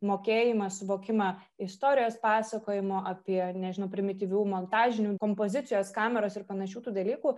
mokėjimą suvokimą istorijos pasakojimo apie nežinau primityvių montažinių kompozicijos kameros ir panašių tų dalykų